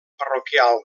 parroquial